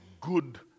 good